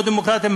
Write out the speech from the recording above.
לא דמוקרטיים,